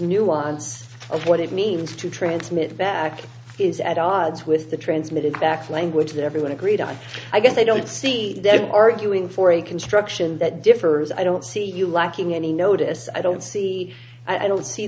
nuance of what it means to transmit back is at odds with the transmitted back language that everyone agreed on i guess they don't see that arguing for a construction that differs i don't see you lacking any notice i don't see i don't see